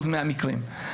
מהמקרים.